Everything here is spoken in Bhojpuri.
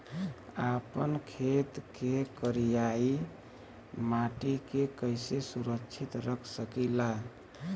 आपन खेत के करियाई माटी के कइसे सुरक्षित रख सकी ला?